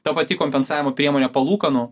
ta pati kompensavimo priemonė palūkanų